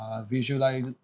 visualize